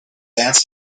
dance